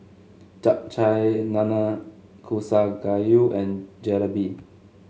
Japchae Nanakusa Gayu and Jalebi